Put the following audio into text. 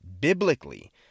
biblically